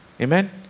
amen